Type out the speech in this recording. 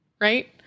right